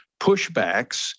pushbacks